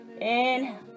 Inhale